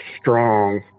strong